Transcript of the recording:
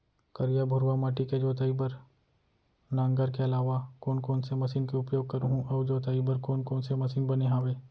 करिया, भुरवा माटी के जोताई बर नांगर के अलावा कोन कोन से मशीन के उपयोग करहुं अऊ जोताई बर कोन कोन से मशीन बने हावे?